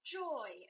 joy